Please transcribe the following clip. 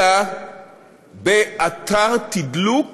אלא באתר תדלוק